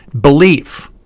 Belief